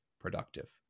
productive